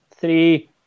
Three